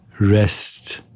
rest